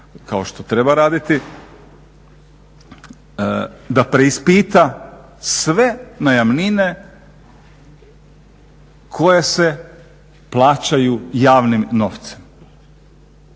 kao što treba raditi, da preispita sve najamnine koje se plaćaju javnim novcem,